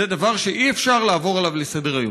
זה דבר שאי-אפשר לעבור עליו לסדר-היום.